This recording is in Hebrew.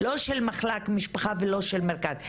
לא של מחלק משפחה ולא של מרכז אלומה.